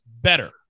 better